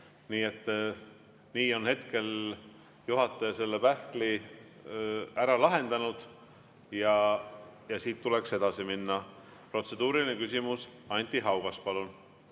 nii on hetkel juhataja selle pähkli ära lahendanud ja siit tuleks edasi minna. Protseduuriline küsimus, Anti Haugas, palun!